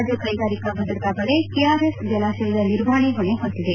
ರಾಜ್ನ ಕೈಗಾರಿಕಾ ಭದ್ರತಾ ಪಡೆ ಕೆಆರ್ ಎಸ್ ಜಲಾಶಯದ ನಿರ್ವಹಣೆ ಹೊಣೆ ಹೊತ್ತಿದೆ